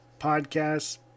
podcasts